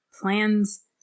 plans